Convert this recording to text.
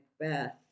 Macbeth